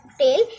tail